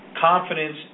confidence